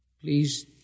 Please